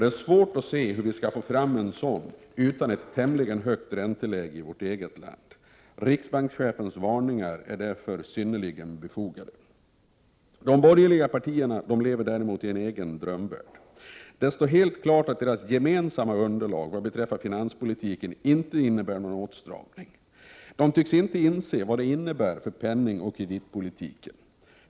Det är svårt att se hur en sådan skall kunna genomföras utan ett tämligen högt ränteläge i vårt land. Riksbankschefens varningar är därför synnerligen befogade. De borgerliga partierna lever däremot i en egen drömvärld. Det står helt klart att deras gemensamma underlag vad beträffar finanspolitiken inte innebär någon åtstramning. De tycks inte inse vad det innebär för penningoch kreditpolitiken.